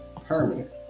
permanent